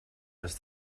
les